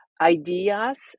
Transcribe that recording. ideas